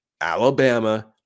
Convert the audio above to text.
Alabama